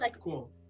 Cool